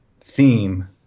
theme